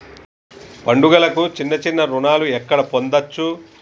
పండుగలకు చిన్న చిన్న రుణాలు ఎక్కడ పొందచ్చు?